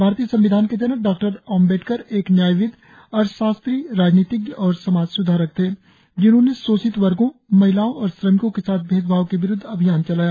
भारतीय संविधान के जनक डॉक्टर आम्बेडकर एक न्यायविद अर्थशास्त्री राजनीतिज्ञ और समाज स्धारक थे जिन्होंने शोषित वर्गों महिलाओं और श्रमिकों के साथ भेदभाव के विरुद्व अभियान चलाया